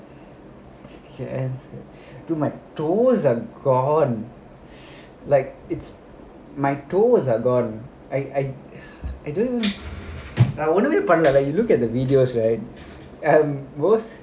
brother my toes are gone like it's my toes are gone I I didn't I want to be fun like when you look at the videos right are worse